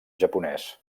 japonès